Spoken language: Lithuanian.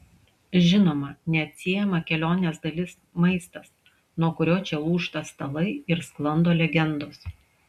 žinoma neatsiejama kelionės dalis maistas nuo kurio čia lūžta stalai ir sklando legendos